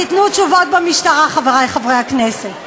תיתנו תשובות במשטרה, חברי חברי הכנסת.